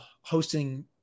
hosting